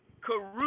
Caruso